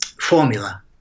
formula